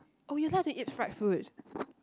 oh you like to eat fried food